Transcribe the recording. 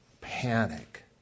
panic